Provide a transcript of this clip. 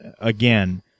again